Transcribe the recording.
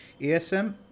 ASM